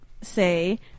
say